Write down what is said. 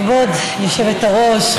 כבוד היושבת-ראש,